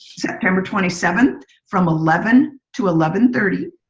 september twenty seventh, from eleven to eleven thirty,